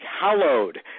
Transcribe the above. hallowed